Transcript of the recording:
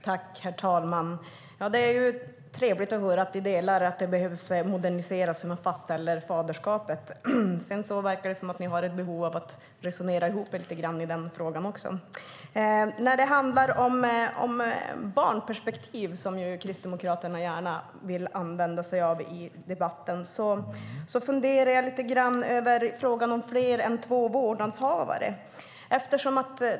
Herr talman! Det är trevligt att höra att vi delar åsikten att det behöver moderniseras när det gäller hur man fastställer faderskapet! Sedan verkar det som att ni har ett behov av att resonera och prata ihop er lite grann i den frågan. När det handlar om barnperspektiv, vilket är ett begrepp som Kristdemokraterna gärna vill använda sig av i debatten, funderar jag lite grann över frågan om fler än två vårdnadshavare.